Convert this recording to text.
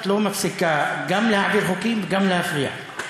את לא מפסיקה גם להעביר חוקים וגם להפריע.